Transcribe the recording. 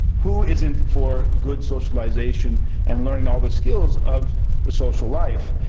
who isn't for good socialization and learning all the skills of the social life?